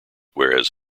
whereas